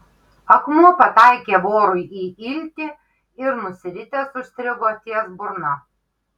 akmuo pataikė vorui į iltį ir nusiritęs užstrigo ties burna